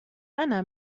أنا